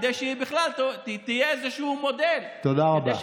שהיא בכלל תהיה איזשהו מודל, תודה רבה.